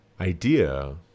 idea